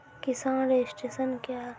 किसान रजिस्ट्रेशन क्या हैं?